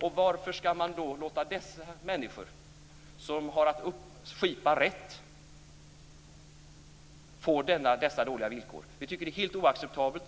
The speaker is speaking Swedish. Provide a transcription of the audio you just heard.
Varför skall man då låta dessa människor som har att skipa rätt få dessa dåliga villkor? Det är helt oacceptabelt.